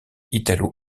italo